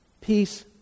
peace